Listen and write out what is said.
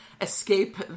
escape